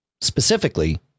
Specifically